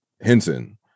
Henson